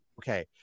Okay